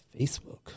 Facebook